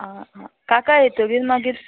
आं आं काका येतगीर मागीर